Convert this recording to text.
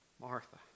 Martha